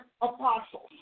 apostles